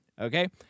Okay